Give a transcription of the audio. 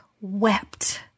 wept